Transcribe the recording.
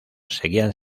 seguían